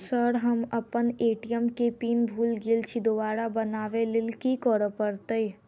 Sir हम अप्पन ATM केँ पिन भूल गेल छी दोबारा बनाबै लेल की करऽ परतै?